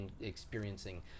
experiencing